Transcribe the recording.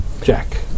Jack